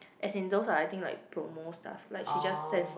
as in those are I think like promo staff like she just send for